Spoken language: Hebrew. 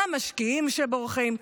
המשקיעים שבורחים.